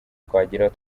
twageraho